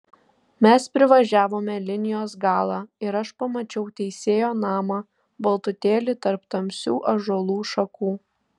mes privažiavome linijos galą ir aš pamačiau teisėjo namą baltutėlį tarp tamsių ąžuolų šakų